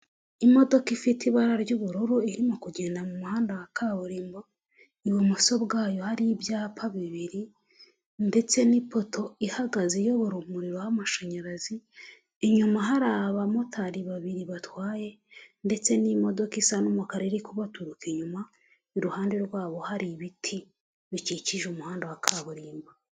Imodoka ifite ibara ry'ubururu irimo kugenda mu muhanda wa kaburimbo, ibumoso bwayo hari ibyapa bibiri ndetse n'ipoto ihagaze iyobora umuriro w'amashanyarazi, inyuma hari abamotari babiri batwaye ndetse n'imodoka isa n'umukara iri kubaturuka inyuma, iruhande rwabo hari ibiti bikikije umuhanda wa kaburimbo.